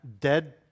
dead